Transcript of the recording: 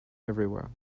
everywhere